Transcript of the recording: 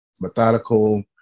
methodical